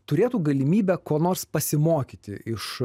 turėtų galimybę ko nors pasimokyti iš